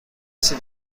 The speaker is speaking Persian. سیب